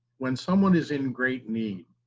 when someone is in great need.